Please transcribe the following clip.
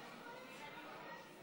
בבקשה, אדוני.